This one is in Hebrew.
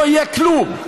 לא יהיה כלום.